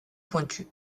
pointu